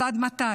אז עד מתי?